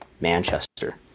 Manchester